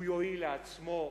הוא יועיל לעצמו,